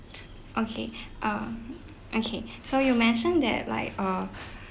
okay uh okay so you mentioned that like uh